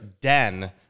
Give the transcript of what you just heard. den